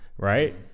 right